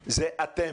באמת זה אתם,